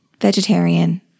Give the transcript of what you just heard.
vegetarian